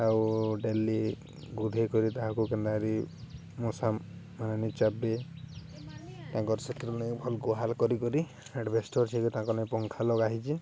ଆଉ ଡେଲି ଗୁଧେଇ କରି ତାହାକୁ କେନାରି ମଶା ମାନେ ଚାବେ ତାଙ୍କର ସେଥିରୁ ନେଇ ଭଲ ଗୁହାଳ କରି କରି ଆଲଭେଷ୍ଟର ସି ତାଙ୍କ ନେଇ ପଙ୍ଖା ଲଗାହେଇଛି